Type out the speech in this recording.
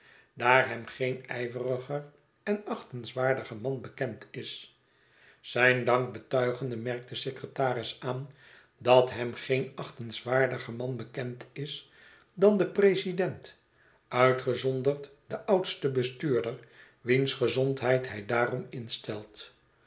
daar hem geen ijveriger en achtingswaardiger man bekend is zijn dank betuigende merkt de secretaris aan dat hem geen achtingswaardiger man bekend is dan de president uitgezonderd de oudste bestuurder wiens gezondheid hij daarom instelt